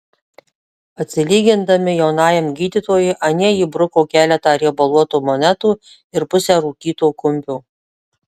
atsilygindami jaunajam gydytojui anie įbruko keletą riebaluotų monetų ir pusę rūkyto kumpio